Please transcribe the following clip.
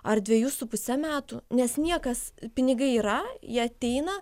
ar dvejų su puse metų nes niekas pinigai yra ji ateina